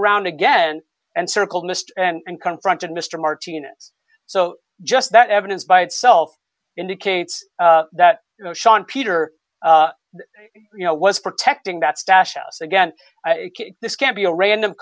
around again and circle missed and confronted mr martinez so just that evidence by itself indicates that you know shawn peter you know was protecting that stash house again this can't be a random